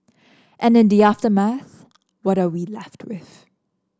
and in the aftermath what are we left with